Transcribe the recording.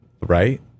right